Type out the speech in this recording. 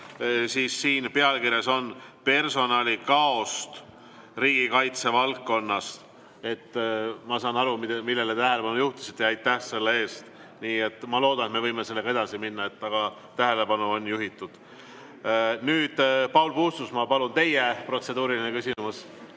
siis siin pealkirjas on "Personalikaost riigikaitse valdkonnas". Ma saan aru, millele te tähelepanu juhtisite, ja aitäh selle eest. Nii et ma loodan, et me võime sellega edasi minna, aga tähelepanu on juhitud. Nüüd, Paul Puustusmaa, palun, teie protseduuriline küsimus!